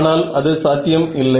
ஆனால் அது சாத்தியம் இல்லை